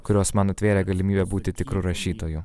kurios man atvėrė galimybę būti tikru rašytoju